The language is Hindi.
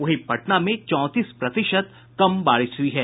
वहीं पटना में चौंतीस प्रतिशत कम बारिश हुई है